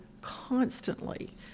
constantly